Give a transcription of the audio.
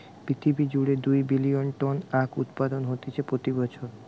পৃথিবী জুড়ে দুই বিলিয়ন টন আখউৎপাদন হতিছে প্রতি বছর